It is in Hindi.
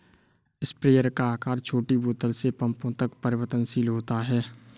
स्प्रेयर का आकार छोटी बोतल से पंपों तक परिवर्तनशील होता है